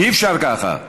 אי-אפשר ככה.